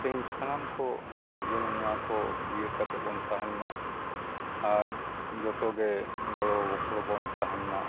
ᱛᱮᱦᱮᱧ ᱥᱟᱱᱟᱢ ᱠᱚ ᱡᱮᱢᱚᱱ ᱱᱚᱣᱟ ᱠᱚ ᱩᱭᱦᱟᱹᱨ ᱠᱟᱛᱮᱫ ᱵᱚᱱ ᱛᱟᱦᱮᱱᱢᱟ ᱟᱨ ᱡᱚᱴᱚ ᱜᱮ ᱜᱚᱲᱚ ᱜᱚᱯᱚᱲᱚ ᱵᱚᱱ ᱛᱟᱦᱮᱱ ᱢᱟ